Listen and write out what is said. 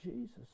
Jesus